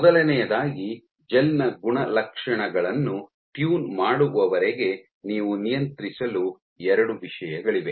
ಮೊದಲನೆಯದಾಗಿ ಜೆಲ್ ನ ಗುಣಲಕ್ಷಣಗಳನ್ನು ಟ್ಯೂನ್ ಮಾಡುವವರೆಗೆ ನೀವು ನಿಯಂತ್ರಿಸಲು ಎರಡು ವಿಷಯಗಳಿವೆ